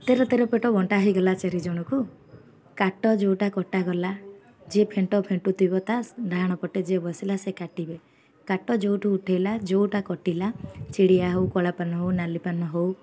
ତେର ତେର ପେଟ ବଣ୍ଟା ହେଇଗଲା ଚାରିଜଣକୁ କାଟ ଯେଉଁଟା କଟାଗଲା ଯିଏ ଫେଣ୍ଟ ଫେଣ୍ଟୁଥିବ ତା' ଢାହାଣ ପଟେ ଯିଏ ବସିଲା ସେ କାଟିବେ କାଟ ଯେଉଁଠୁ ଉଠେଇଲା ଯେଉଁଟା କଟିଲା ଚିଡ଼ିଆ ହଉ କଳାପାନ ହଉ ନାଲି ପାନ ହଉ